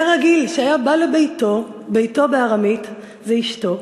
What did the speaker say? היה רגיל שהיה בא לביתו, "ביתו" בארמית זה אשתו.